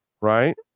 right